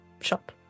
shop